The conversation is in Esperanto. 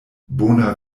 bona